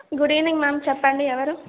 good evening ma'am చెప్పండి ఎవరు